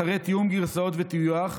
אחרי תיאום גרסאות וטיוח.